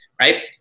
right